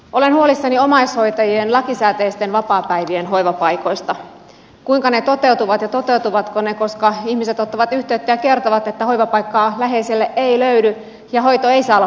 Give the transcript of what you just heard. olen huolissani omaishoitajien lakisääteisten vapaapäivien hoivapaikoista kuinka ne toteutuvat ja toteutuvatko ne koska ihmiset ottavat yhteyttä ja kertovat että hoivapaikkaa läheiselle ei löydy ja hoito ei saa olla pelkkää säilöönottoa